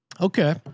Okay